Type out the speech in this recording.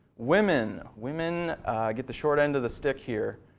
women. women get the short end of the stick here.